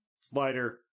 slider